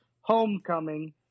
Homecoming